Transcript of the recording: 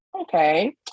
Okay